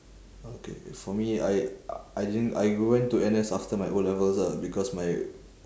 okay K for me I I didn't I went to N_S after my O-levels ah because my